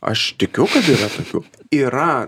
aš tikiu kad yra tokių yra